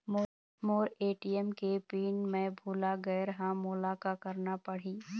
मोर ATM के PIN मैं भुला गैर ह, मोला का करना पढ़ही?